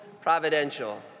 providential